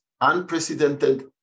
unprecedented